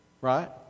Right